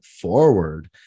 forward